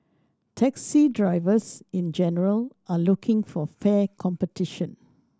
taxi drivers in general are looking for fair competition